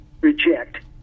reject